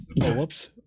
whoops